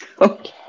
Okay